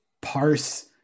parse